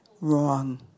Wrong